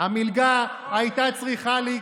המלגה הייתה צריכה להיכנס,